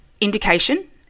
indication